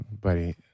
Buddy